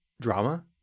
drama